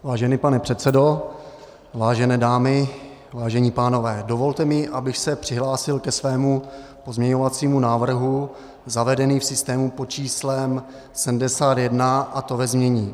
Vážený pane předsedo, vážené dámy, vážení pánové, dovolte mi, abych se přihlásil ke svému pozměňovacímu návrhu zavedenému v systému pod číslem 71, a to ve znění: